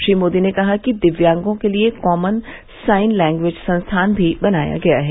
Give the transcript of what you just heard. श्री मोदी ने कहा कि दिव्यांगों के लिए कॉमन साइन लैंग्वेज संस्थान भी बनाया गया है